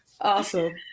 Awesome